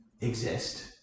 exist